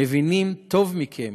מבינים טוב מכם